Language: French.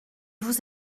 vous